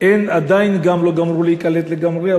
עדיין לא גמרו להיקלט לגמרי,